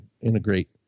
integrate